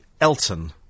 Elton